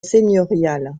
seigneurial